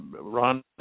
Ron